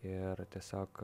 ir tiesiog